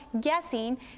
guessing